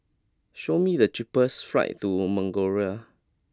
show me the cheapest flights to Mongolia